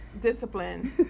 discipline